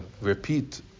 repeat